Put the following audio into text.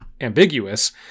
ambiguous